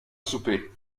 souper